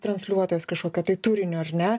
transliuotojas kažkokio tai turinio ar ne